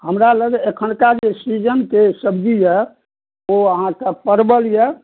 हमरा लग एखनका जे सीजन के सब्जी यऽ ओ अहाँकेँ परवल यऽ